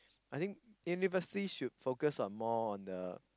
I think university should focus on more on the